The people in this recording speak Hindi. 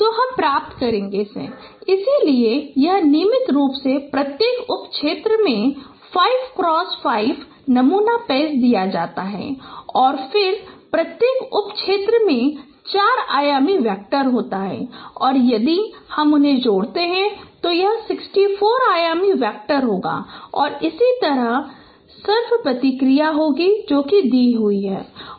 तो हम प्राप्त करेंगे इसलिए यह नियमित रूप से प्रत्येक उप क्षेत्र में 5x5 नमूना पैच दिया जाता है और फिर प्रत्येक उप क्षेत्र में 4 आयामी वेक्टर होता है और यदि हम उन्हें जोड़ते हैं तो यह 64 आयामी वेक्टर होगा और इसी तरह सर्फ प्रतिक्रिया होगी जो दिया हुआ है